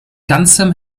ganzem